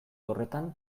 horretan